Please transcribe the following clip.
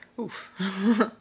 Oof